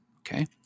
Okay